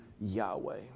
Yahweh